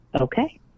Okay